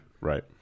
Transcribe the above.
Right